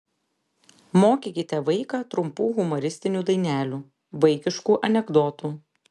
mokykite vaiką trumpų humoristinių dainelių vaikiškų anekdotų